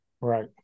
Right